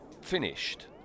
finished